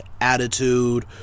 attitude